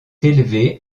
élevé